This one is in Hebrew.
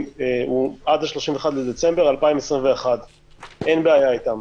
הוא עד ה-31 בדצמבר 2021. אין בעיה איתם,